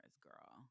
girl